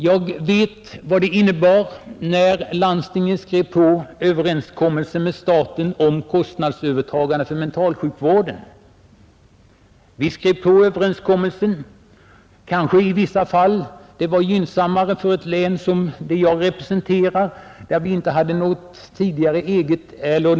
Jag vet vad det innebar när landstingen skrev på överenskommelsen med staten om kostnadsövertagande för mentalsjukvården. Överenskommelsen var kanske gynnsam i vissa fall, exempelvis för det län som jag representerar, där det inte fanns något statligt mentalsjukhus.